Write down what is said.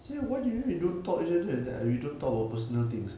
say what do you mean don't talk each other then we to talk about personal things